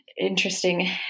interesting